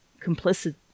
complicit